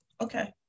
Okay